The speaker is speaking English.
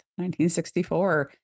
1964